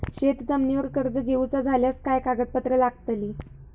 शेत जमिनीवर कर्ज घेऊचा झाल्यास काय कागदपत्र लागतली?